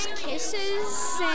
kisses